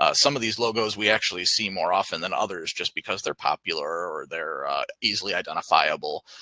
ah some of these logos, we actually see more often than others just because they're popular or they're easily identifiable.